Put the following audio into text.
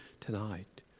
tonight